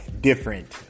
different